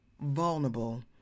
vulnerable